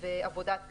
ו"עבודת גז".